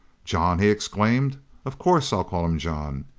john, he exclaimed of course i'll call him john.